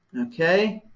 ok,